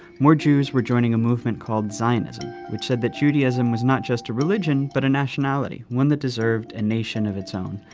more jews were joining a movement called zionism, which said that judaism was not just a religion but a nationality, one that deserved a nation of its own.